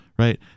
right